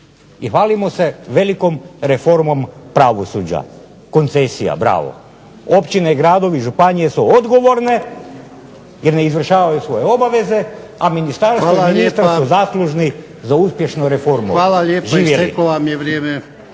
I hvalimo se velikom reformom pravosuđa, koncesija, bravo. Općine, gradovi, županije su odgovorne jer ne izvršavaju svoje obaveze, a ministarstvo ... zaslužni za uspješnu reformu. Živjeli.